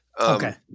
okay